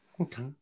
okay